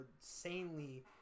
insanely